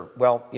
well, yeah